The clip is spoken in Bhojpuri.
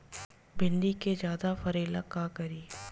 भिंडी के ज्यादा फरेला का करी?